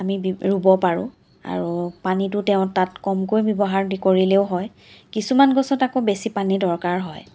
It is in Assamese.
আমি বিব ৰুব পাৰোঁ আৰু পানীটো তেওঁ তাত কমকৈ ব্যৱহাৰ কৰিলেও হয় কিছুমান গছত আকৌ বেছি পানী দৰকাৰ হয়